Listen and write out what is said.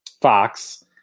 Fox